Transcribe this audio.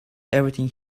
everything